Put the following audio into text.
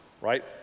right